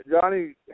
Johnny